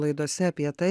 laidose apie tai